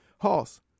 Hoss